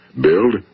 Build